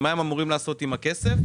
מה הם אמורים לעשות עם הכסף?